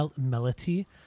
melody